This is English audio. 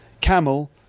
camel